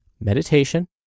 meditation